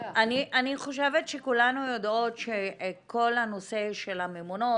אני חושבת שכולנו יודעות שכל הנושא של הממונות,